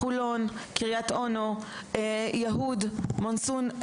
חולון, קריית אונו, יהוד מונסון.